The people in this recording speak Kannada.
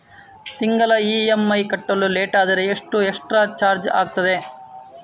ತಿಂಗಳ ಇ.ಎಂ.ಐ ಕಟ್ಟಲು ಲೇಟಾದರೆ ಎಷ್ಟು ಎಕ್ಸ್ಟ್ರಾ ಚಾರ್ಜ್ ಆಗುತ್ತದೆ?